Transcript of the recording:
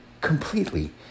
completely